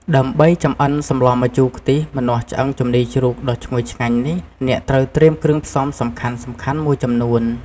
ដើម្បីចម្អិនសម្លម្ជូរខ្ទិះម្នាស់ឆ្អឹងជំនីរជ្រូកដ៏ឈ្ងុយឆ្ងាញ់នេះ អ្នកត្រូវត្រៀមគ្រឿងផ្សំសំខាន់ៗមួយចំនួន។